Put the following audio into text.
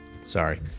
Sorry